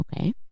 Okay